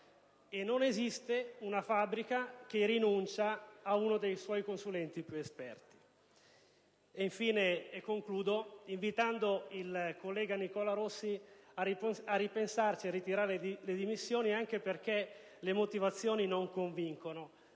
non esiste fabbrica che rinunci ad uno dei suoi consulenti più esperti. Invito, dunque, il collega Nicola Rossi a ripensarci, a ritirare le dimissioni anche perché le motivazioni non convincono: